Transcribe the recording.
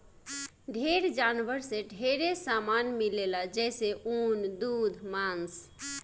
ढेर जानवर से ढेरे सामान मिलेला जइसे ऊन, दूध मांस